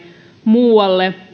muualle